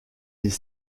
les